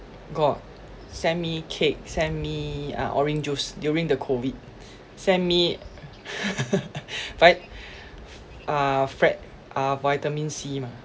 got send me cake send me uh orange juice during the COVID send me but uh fre~ uh vitamin C mah